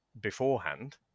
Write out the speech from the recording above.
beforehand